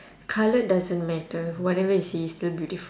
colour doesn't matter whatever you see is still beautiful